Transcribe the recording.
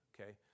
Okay